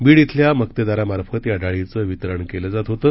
बीड इथल्या मक्तेदारामार्फत या डाळीचं वितरण केलं जात होतं